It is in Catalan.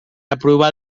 aprovar